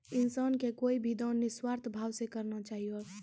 इंसान के कोय भी दान निस्वार्थ भाव से करना चाहियो